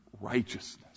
righteousness